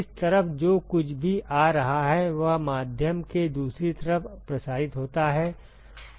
इस तरफ जो कुछ भी आ रहा है वह माध्यम के दूसरी तरफ प्रसारित होता है